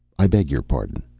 i beg your pardon.